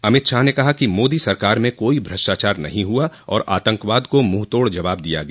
अमित शाह ने कहा कि मोदी सरकार में कोई भ्रष्टाचार नहीं हुआ और आतंकवाद को मुंहतोड़ जवाब दिया गया